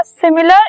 similar